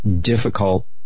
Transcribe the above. difficult